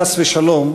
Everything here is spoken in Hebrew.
חס ושלום,